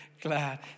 glad